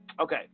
Okay